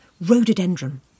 rhododendron